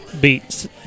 beats –